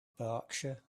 berkshire